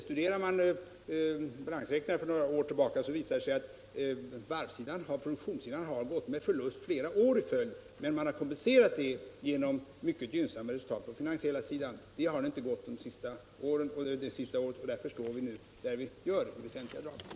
Studerar man balansräkningarna några år tillbaka, finner man att produktionssidan gått med förlust flera år i följd men att detta har kompenserats med mycket gynnsamma resultat på den finansiella sidan. Det har inte gått under det senaste året, och därför har den situation uppkommit i vilken företagen nu befinner sig.